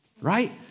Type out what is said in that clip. right